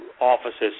offices